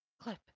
clip